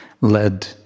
led